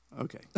Okay